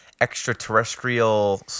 extraterrestrial